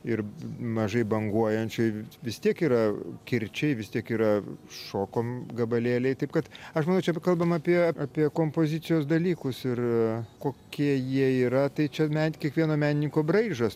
ir mažai banguojančioj vis tiek yra kirčiai vis tiek yra šoko gabalėliai taip kad aš manau čia kalbam apie apie kompozicijos dalykus ir kokie jie yra tai čia kiekvieno menininko braižas